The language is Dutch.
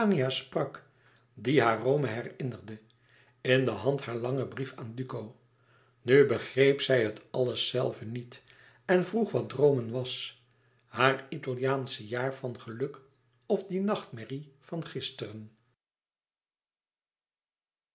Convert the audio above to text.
sprak die haar rome herinnerde in de hand haar langen brief aan duco nu begreep zij het alles zelve niet en vroeg zij wàt droomen was haar italiaansche jaar van geluk of die nachtmerrie van gisteren